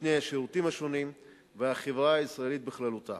נותני השירותים השונים והחברה הישראלית בכללותה.